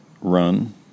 run